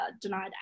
denied